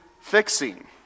fixing